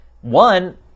one